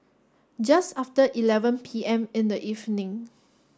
just after eleven P M in the evening